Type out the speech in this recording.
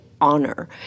honor